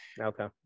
Okay